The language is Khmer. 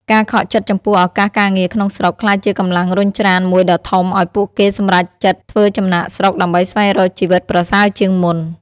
ការខកចិត្តចំពោះឱកាសការងារក្នុងស្រុក ក្លាយជាកម្លាំងរុញច្រានមួយដ៏ធំឱ្យពួកគេសម្រេចចិត្តធ្វើចំណាកស្រុកដើម្បីស្វែងរកជីវិតប្រសើរជាងមុន។